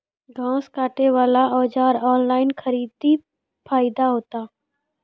घास काटे बला औजार ऑनलाइन खरीदी फायदा होता?